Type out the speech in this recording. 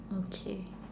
okay